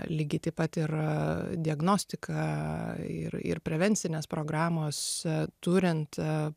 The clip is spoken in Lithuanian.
lygiai taip pat ir diagnostika ir ir prevencinės programos turint